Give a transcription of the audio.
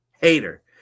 Hater